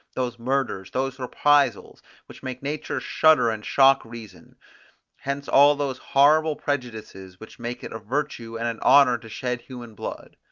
those murders, those reprisals, which make nature shudder and shock reason hence all those horrible prejudices, which make it a virtue and an honour to shed human blood.